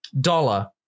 dollar